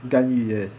甘雨 yes